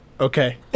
okay